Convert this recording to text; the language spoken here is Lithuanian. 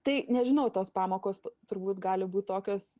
tai nežinau tos pamokos turbūt gali būt tokios